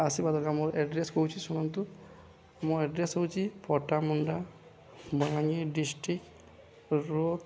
ଆସିବା ଦରକାର ମୋର ଏଡ୍ରେସ କହୁଛି ଶୁଣନ୍ତୁ ମୋ ଆଡ୍ରେସ ହେଉଛି ପଟାମୁଣ୍ଡା ବଲାଙ୍ଗୀର ଡିଷ୍ଟ୍ରିକ୍ଟ ରୋଡ଼